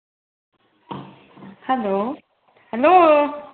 hello hello